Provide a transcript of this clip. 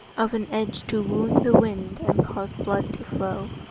of an edge to wound the wind and cause blood to flow,